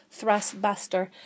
thrustbuster